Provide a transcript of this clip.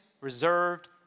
reserved